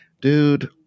dude